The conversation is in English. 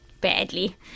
badly